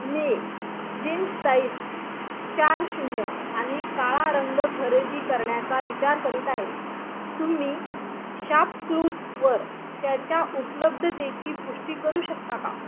मी jeans size चार शून्य आणि काळा रंग खरेदी करण्याचा विचार करीत आहे तुम्ही शॉपक्लूजवर त्याच्या उपलब्धतेची पुष्टी करू शकता का